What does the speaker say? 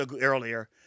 earlier